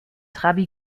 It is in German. trabi